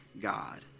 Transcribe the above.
God